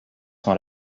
sont